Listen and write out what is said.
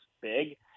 big